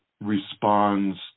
responds